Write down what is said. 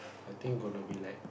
I think gonna be like